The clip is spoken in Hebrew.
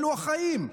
אלו החיים.